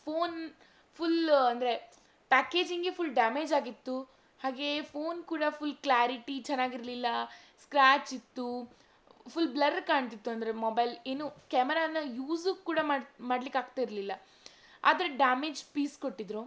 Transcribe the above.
phone full ಅಂದರೆ ಪ್ಯಾಕೇಜಿಂಗೇ full ಡ್ಯಾಮೇಜಾಗಿತ್ತು ಹಾಗೇ ಫೋನ್ ಕೂಡ ಫುಲ್ ಕ್ಲಾರಿಟಿ ಚೆನ್ನಾಗಿರ್ಲಿಲ್ಲ ಸ್ಕ್ರ್ಯಾಚಿತ್ತು ಫುಲ್ ಬ್ಲರ್ ಕಾಣ್ತಿತ್ತು ಅಂದರೆ ಮೊಬೈಲ್ ಇನ್ನು ಕ್ಯಾಮರಾನ ಯೂಸು ಕೂಡ ಮಾಡು ಮಾಡ್ಲಿಕಾಗ್ತಿರಲಿಲ್ಲ ಆ ಥರ ಡ್ಯಾಮೇಜ್ ಪೀಸ್ ಕೊಟ್ಟಿದ್ರು